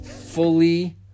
fully